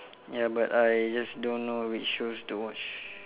ya but I just don't know which shows to watch